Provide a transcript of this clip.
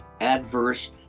adverse